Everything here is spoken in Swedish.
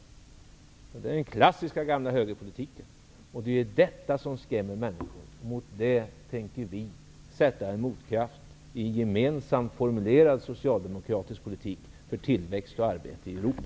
Det är den klassiska gamla högerpolitiken, och detta skrämmer människor. Mot det tänker vi sätta en motkraft i en gemensamt formulerad socialdemokratisk politik för tillväxt och arbete i Europa.